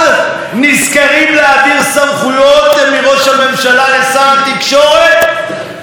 במרס 2016 חשפתי את הבושה הזאת.